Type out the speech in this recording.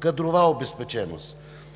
Кадрова обезпеченост.